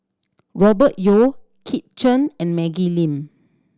Robert Yeo Kit Chan and Maggie Lim